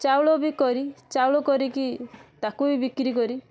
ଚାଉଳ ବି କରି ଚାଉଳ କରି କି ତାକୁ ବି ବିକ୍ରି କରି